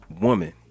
woman